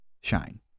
shine